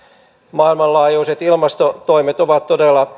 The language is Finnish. maailmanlaajuiset ilmastotoimet ovat todella